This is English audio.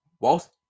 whilst